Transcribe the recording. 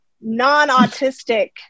non-autistic